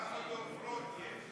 כמה דוברות יש?